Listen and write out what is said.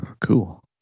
Cool